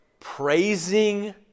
Praising